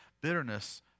Bitterness